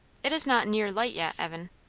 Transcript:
it is not near light yet, evan?